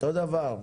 אותו דבר.